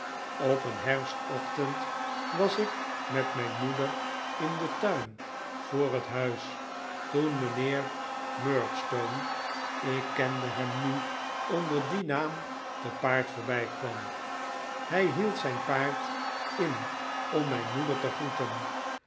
op een herfstochtend was ik met mijn moeder in den tuin voor het huis toen mijnheer murdstone ik kende hem nu onder dien naam te paard voorbijkwam hij hield zijn paard in om mijn moeder te groeten